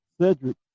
Cedric